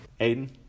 Aiden